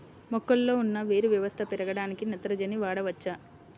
మొక్కలో ఉన్న వేరు వ్యవస్థ పెరగడానికి నత్రజని వాడవచ్చా?